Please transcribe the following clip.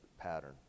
pattern